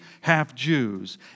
half-Jews